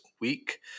week